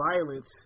violence